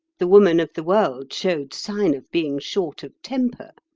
the woman of the world showed sign of being short of temper,